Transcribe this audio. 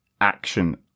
action